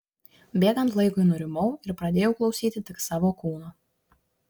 bėgant laikui nurimau ir pradėjau klausyti tik savo kūno